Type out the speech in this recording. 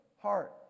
heart